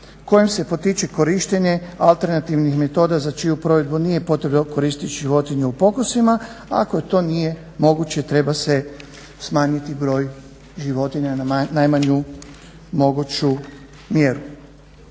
kojim se potiče korištenje alternativnih metoda za čiju provedbu nije potrebno koristiti životinje u pokusima, a ako to nije moguće treba se smanjiti broj životinja na najmanju moguću mjeru.